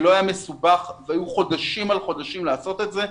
זה לא היה מסובך והיו חודשים על חודשים לעשות את זה,